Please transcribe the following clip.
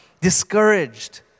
discouraged